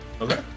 Okay